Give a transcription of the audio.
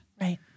Right